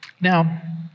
now